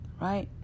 right